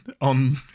on